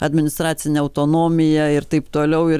administracinę autonomiją ir taip toliau ir